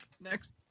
next